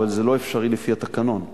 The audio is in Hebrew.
אבל זה לא אפשרי לפי התקנון.